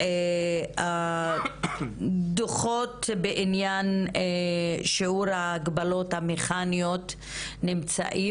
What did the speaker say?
שהדוחות בעניין שיעור ההגבלות המכניות נמצאים.